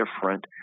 different